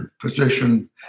position